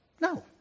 No